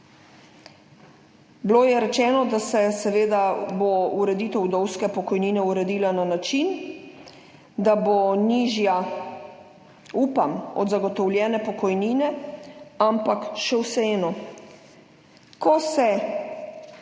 Bilo je rečeno, da se seveda bo ureditev vdovske pokojnine uredila na način, da bo nižja, upam, od zagotovljene pokojnine, ampak še vseeno, ko se